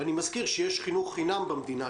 אני מזכיר שיש חינוך חינם במדינה,